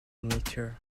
nature